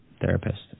therapist